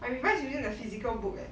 I revise using the physical book eh